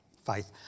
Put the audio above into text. Faith